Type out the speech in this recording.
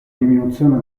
diminuzione